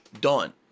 Done